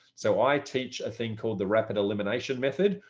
so i teach a thing called the rapid elimination method,